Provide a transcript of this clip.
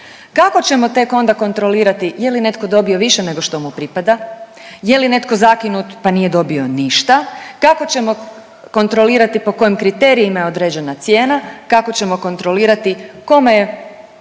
Kako ćemo tek onda kontrolirati je li netko dobio više nego što mu pripada, je li netko zakinut pa nije dobio ništa? Kako ćemo kontrolirati po kojim kriterijima je određena cijena? Kako ćemo kontrolirati kome je